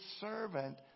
servant